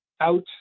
out